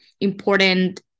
important